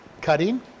Cutting